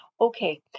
Okay